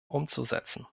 umzusetzen